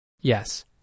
Yes